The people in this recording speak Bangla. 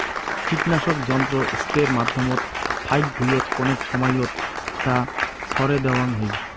কীটনাশক যন্ত্র স্প্রের মাধ্যমত ফাইক ভুঁইয়ত কণেক সমাইয়ত তা ছড়ে দ্যাওয়াং হই